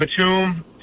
Batum